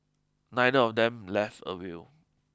neither of them left a will